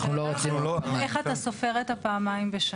איך אתה סופר את הפעמיים בשנה?